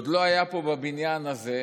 עוד לא היה פה בבניין הזה,